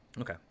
okay